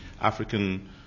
African